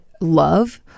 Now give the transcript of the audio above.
love